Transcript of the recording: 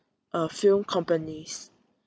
uh film companies